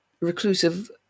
reclusive